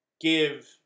give